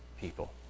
people